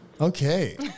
Okay